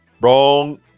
wrong